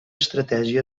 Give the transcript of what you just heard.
estratègia